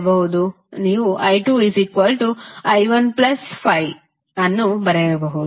ನೀವು i2i15 ಅನ್ನು ಬರೆಯಬಹುದು